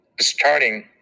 starting